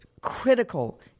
critical